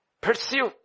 Pursue